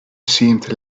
seemed